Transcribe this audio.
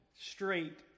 straight